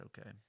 okay